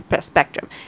spectrum